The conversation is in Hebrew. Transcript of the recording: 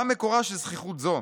מה מקורה של זחיחות זו?